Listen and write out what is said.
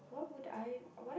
what would I what am I